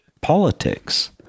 politics